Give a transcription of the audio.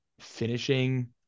finishing